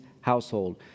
household